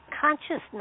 consciousness